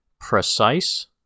precise